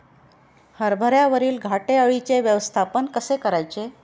हरभऱ्यावरील घाटे अळीचे व्यवस्थापन कसे करायचे?